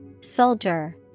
Soldier